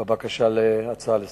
בבקשה להצעה לסדר-היום.